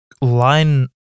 line